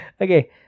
okay